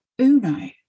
Uno